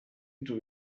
into